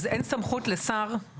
אז אין סמכות לשר להפעיל את סמכותו.